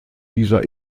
dieser